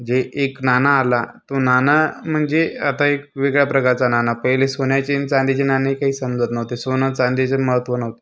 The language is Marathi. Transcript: जे एक नाणा आला तो नाणा म्हणजे आता एक वेगळ्या प्रकरचा नाणा पहिले सोन्याचे न चांदीचे नाणे काही समजत नव्हते सोनं चांदीचे महत्त्व नव्हतं